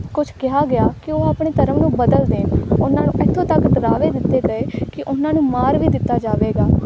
ਕੁਛ ਕਿਹਾ ਗਿਆ ਕਿ ਉਹ ਆਪਣੇ ਧਰਮ ਨੂੰ ਬਦਲ ਦੇਣ ਉਹਨਾਂ ਨੂੰ ਇੱਥੋਂ ਤੱਕ ਡਰਾਵੇ ਦਿੱਤੇ ਗਏ ਕਿ ਉਹਨਾਂ ਨੂੰ ਮਾਰ ਵੀ ਦਿੱਤਾ ਜਾਵੇਗਾ